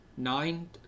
Nine